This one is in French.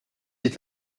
est